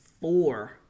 four